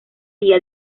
día